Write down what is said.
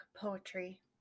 poetry